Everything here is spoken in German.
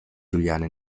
juliane